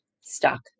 stuck